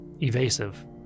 evasive